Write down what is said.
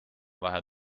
vähe